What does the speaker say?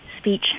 speech